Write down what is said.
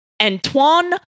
Antoine